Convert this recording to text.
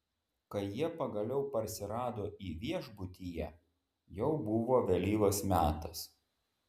kai jie pagaliau parsirado į viešbutyje jau buvo vėlyvas metas